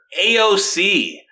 AOC